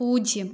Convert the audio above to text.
പൂജ്യം